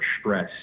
stress